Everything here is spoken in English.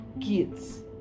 kids